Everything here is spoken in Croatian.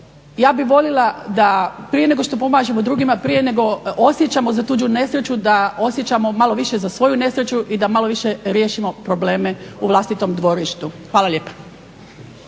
ja bih volila da prije nego što pomažemo drugima, prije nego osjećamo za tuđu nesreću da osjećamo malo više za svoju nesreću i da malo više riješimo probleme u vlastitom dvorištu. Hvala lijepa.